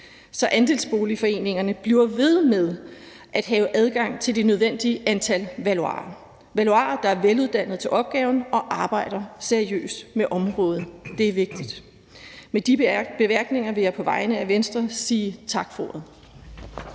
så andelsboligforeningerne bliver ved med at have adgang til det nødvendige antal valuarer – valuarer, der er veluddannet til opgaven og arbejder seriøst med området. Det er vigtigt. Med de bemærkninger vil jeg på vegne af Venstre sige tak for ordet.